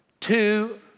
two